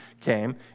came